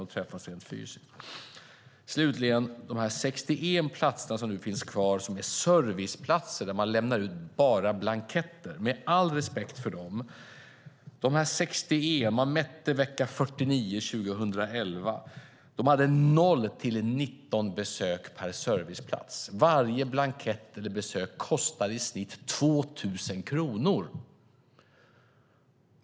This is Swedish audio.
Det finns nu 61 serviceplatser där man bara lämnar ut blanketter. Vecka 49 år 2011 gjorde man en mätning. Varje serviceplats hade mellan 0 och 19 besök. Varje blankett eller besök kostar i snitt 2 000 kronor.